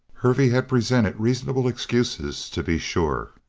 hervey had presented reasonable excuses, to be sure.